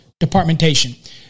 departmentation